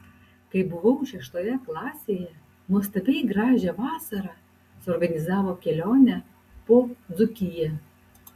kai buvau šeštoje klasėje nuostabiai gražią vasarą suorganizavo kelionę po dzūkiją